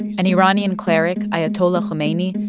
an iranian cleric, ayatollah khomeini,